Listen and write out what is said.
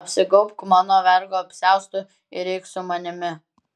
apsigaubk mano vergo apsiaustu ir eik su manimi